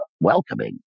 welcoming